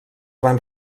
van